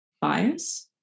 bias